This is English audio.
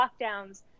lockdowns